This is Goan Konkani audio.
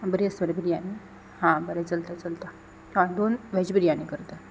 आं बरी आसता मरे बिरयानी हा बरें चलता चलता हय दोन वॅज बिरयानी कर तर